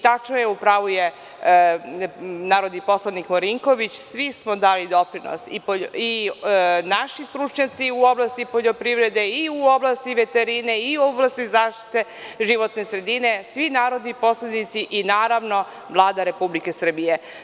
Tačno je, u pravu je narodni poslanik Marinković, svi smo dali doprinos, i naši stručnjaci u oblasti poljoprivrede, i u oblasti veterine, i u oblasti zaštite životne sredine, svi narodni poslanici i, naravno, Vlada Republike Srbije.